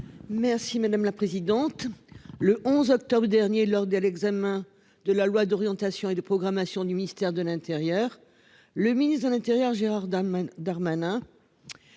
Merci madame la présidente. Le 11 octobre dernier lors de l'examen de la loi d'orientation et de programmation du ministère de l'Intérieur, le ministre de l'Intérieur Gérard Darmanin.